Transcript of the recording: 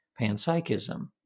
panpsychism